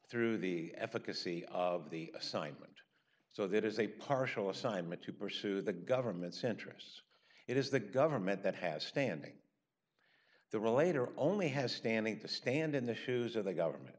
through the efficacy of the assignment so that is a partial assignment to pursue the government's interests it is the government that has standing the relator only has standing to stand in the shoes of the government